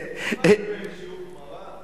מה, אתה בשיעור גמרא?